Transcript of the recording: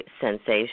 sensation